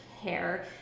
hair